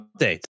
updates